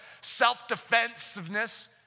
self-defensiveness